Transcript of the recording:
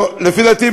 לפי דעתי,